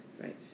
Right